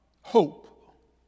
hope